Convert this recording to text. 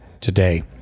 today